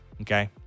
okay